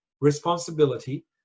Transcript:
responsibility